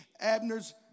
Abner's